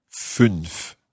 Fünf